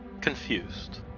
confused